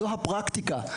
זו הפרקטיקה.